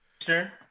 Sure